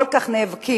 כל כך נאבקים,